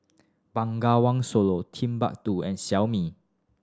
Bengawan Solo Timbuk Two and Xiaomi